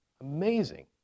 amazing